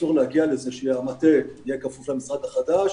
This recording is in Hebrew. ואסור להגיע לזה שהמטה יהיה כפוף למשרד החדש